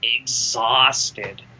exhausted